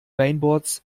mainboards